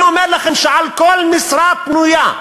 אני אומר לכם שעל כל משרה פנויה,